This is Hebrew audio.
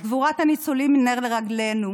אז גבורת הניצולים היא נר לרגלינו,